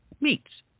Meats